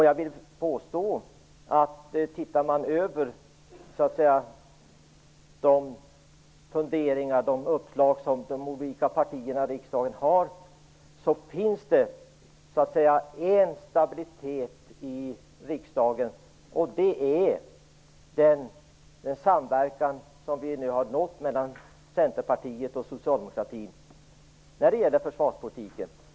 Jag vill påstå att om man ser på de funderingar och uppslag som de olika partierna i riksdagen har fört fram visar det sig att det finns en stabilitet i riksdagen, nämligen den samverkan om försvarspolitiken som nu har uppnåtts mellan Centerpartiet och socialdemokratin.